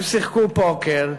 הם שיחקו פוקר,